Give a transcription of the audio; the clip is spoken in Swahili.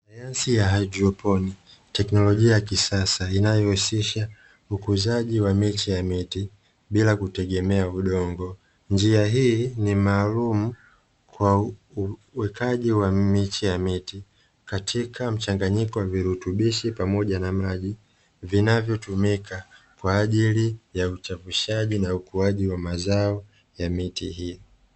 Sayansi ya haidroponi teknolojia ya kisasa inayohusisha ukuzaji wa miche ya miti bila kutegemea udongo, njia hii ni maalumu kwa uwekaji wa miche ya miti katika mchanganyiko wa virutubishi pamoja na maji vinavyotumika kwajili ya uchavushaji na ukuaji wa mazao ya miti hiyo.